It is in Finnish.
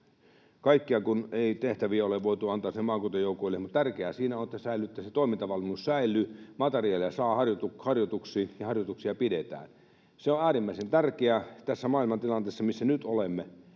kaikkia tehtäviä ei ole voitu antaa sinne maakuntajoukoille, mutta tärkeää siinä on, että se toimintavalmius säilyy, materiaalia saa harjoituksiin ja harjoituksia pidetään. Se on äärimmäisen tärkeää tässä maailmantilanteessa, missä nyt olemme.